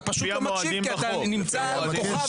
אתה פשוט לא מקשיב כי אתה נמצא על כוכב